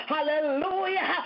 Hallelujah